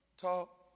talk